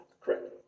Correct